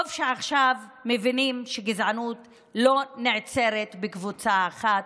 טוב שעכשיו מבינים שגזענות לא נעצרת בקבוצה אחת.